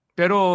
pero